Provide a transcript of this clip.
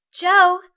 Joe